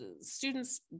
students